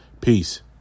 peace